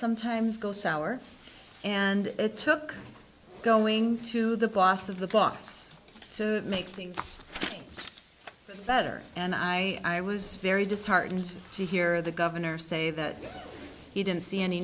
sometimes go sour and a took going to the boss of the boss to make things better and i was very disheartened to hear the governor say that he didn't see any